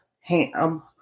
ham